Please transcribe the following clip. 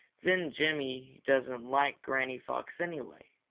then jimmy doesn't like granny fox anyway,